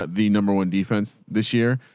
the number one defense this year.